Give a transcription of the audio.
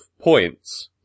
points